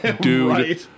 dude